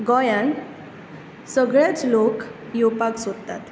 गोंयांत सगळेंच लोक येवपाक सोदतात